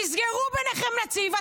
תסגרו ביניכם נציב,